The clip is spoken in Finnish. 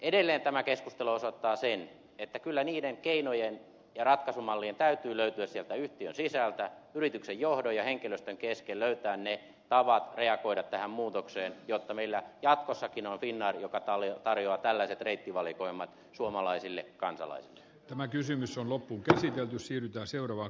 edelleen tämä keskustelu osoittaa sen että kyllä niiden keinojen ja ratkaisumallien täytyy löytyä sieltä yhtiön sisältä yrityksen johdon ja henkilöstön kesken pitää löytää ne tavat reagoida tähän muutokseen jotta meillä jatkossakin on finnair joka tarjoaa tällaiset reittivalikoimat suomalaisille kansalaiset tämä kysymys on loppuun käsitelty syyhyttää kansalaisille